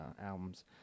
albums